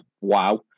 wow